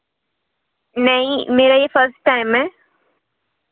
नहीं मेरा ये फ़स्ट टाइम है